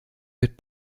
mit